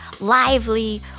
lively